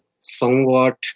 somewhat